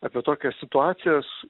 apie tokias situacijas